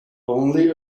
only